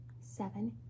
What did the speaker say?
seven